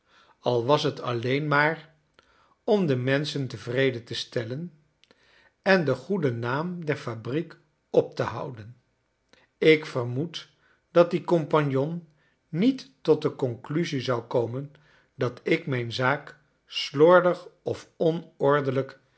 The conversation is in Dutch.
al was het alleen maar om de menschen tevreden te stellen en den goeden naam der fabriek op te houden ik vermoed dat die compagnon niet tot de conclusie zou komen dat ik mijn zaak slordig of